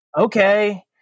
Okay